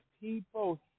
people